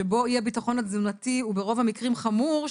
שבו אי-הביטחון התזונתי הוא ברוב המקרים חמור,